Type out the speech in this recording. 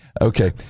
Okay